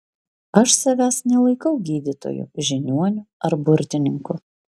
aš savęs nelaikau gydytoju žiniuoniu ar burtininku